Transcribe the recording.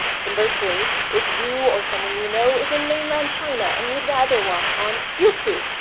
conversely, if you or someone you know is in mainland china and you'd rather watch on youku,